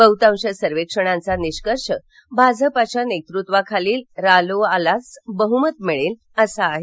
बहतांश सर्वेक्षणांचा निष्कर्ष भाजपाच्या नेतृत्वाखालील रालोआलाच बहमत मिळेल असा आहे